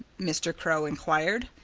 mr. crow inquired.